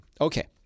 Okay